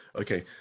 okay